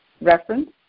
reference